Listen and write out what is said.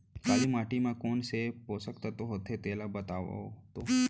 काली माटी म कोन से पोसक तत्व होथे तेला बताओ तो?